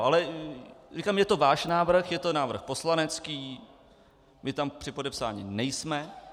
Ale říkám, je to váš návrh, je to návrh poslanecký, my tam připodepsáni nejsme.